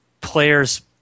players